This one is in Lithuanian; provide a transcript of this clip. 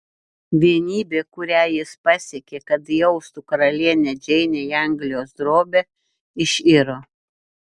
vienybė kurią jis pasiekė kad įaustų karalienę džeinę į anglijos drobę iširo